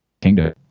kingdom